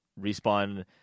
Respawn